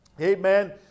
Amen